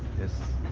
this